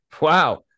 Wow